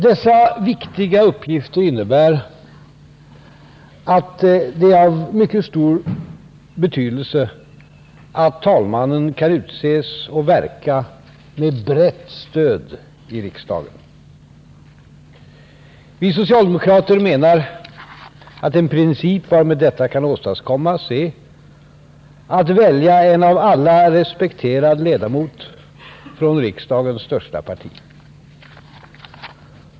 Dessa viktiga uppgifter innebär att det är av mycket stor betydelse att talmannen kan utses och verka med brett stöd i riksdagen. Vi socialdemokrater menar att en princip varmed detta kan åstadkommas är att välja en av alla respekterad ledamot från riksdagens största parti.